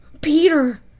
peter